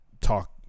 talk